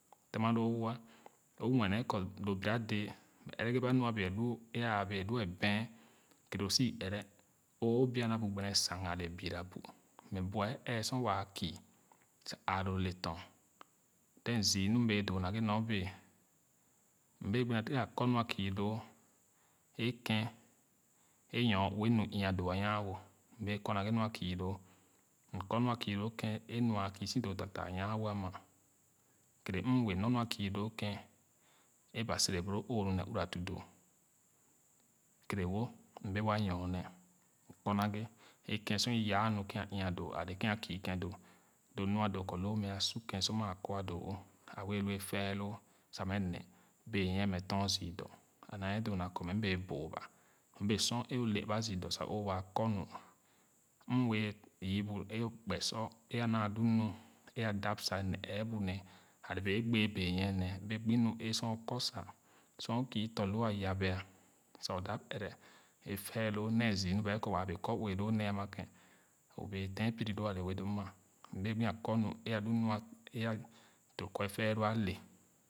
Tema loo woa o muɛ nee kɔ lo biradɛɛ m ɛgere ba nu a a bee lu é aa bee luu a bɛan kere o sɔ ɛrɛ o bua na bu gbene sang ale birabu mɛ bua e ɛɛ sor waa kü aalo le tɔn then zü m bee doo naghe nyo bee m gbo gayeh a kɔ lo küloo é ken e nyoue nu ii-nya doo a nyawo m bee kɔ naghe nu akii loo m kɔ nu akii ken é nu a küsi doo taataa nyawo ama kere m wɛɛ nor nu a kü loo ken aba sère boro o’nu and uura nu doo kere wo in bee wa nyonee i kɔ naghe é ken sor i yaa nu ken nya doo lo nɔa doo kɔ loo mɛ a sur kan sor maa kɔa doo wo and a wɛɛ lu efɛɛ loo sa mɛ ne benyie mɛ dɔn zü dɔ a maa doo na kɔ m bee booga m bee sor é o uɛ aba zü dɔ sa o waa kɔ nu mm wɛɛ yü br akpe sɔ e a naa lu nu e aadap sa ne ɛɛbu nee ale bee a gbèè benyie nee m bee gbo nu ẽ sor kɔ sa sor o kü tɔ loo a yabia sa o dap ɛrɛ efɛɛlor ne zü ba kɔ waa wɛɛ kɔ ue loo nee ama ken o bee ten piro loo ale o bee doo ana m bee gbo akɔ nu e a lo nɔ’a e doo kɔ efaalo ale